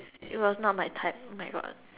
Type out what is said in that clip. it was not my type oh my god